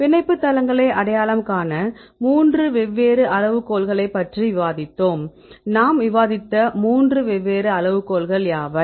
பிணைப்பு தளங்களை அடையாளம் காண மூன்று வெவ்வேறு அளவுகோல்களைப் பற்றி விவாதித்தோம் நாம் விவாதித்த மூன்று வெவ்வேறு அளவுகோல்கள் யாவை